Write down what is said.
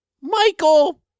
Michael